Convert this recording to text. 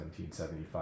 1775